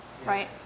right